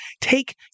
take